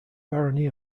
barony